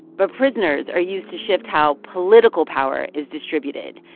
but prisoners are used to shift how political power is distributed.